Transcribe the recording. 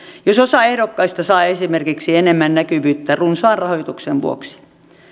jos osa ehdokkaista saa esimerkiksi enemmän näkyvyyttä runsaan rahoituksen vuoksi